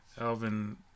Alvin